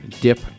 dip